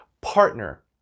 partner